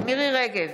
מירי מרים רגב,